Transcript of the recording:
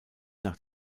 nach